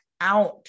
out